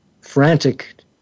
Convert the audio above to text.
frantic